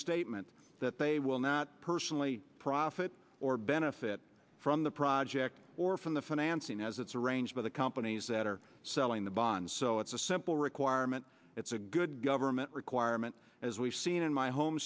statement that they will not personally profit or benefit from the project or from the financing as it's arranged by the companies that are selling the bonds so it's a simple requirement it's a good government requirement as we've seen in my home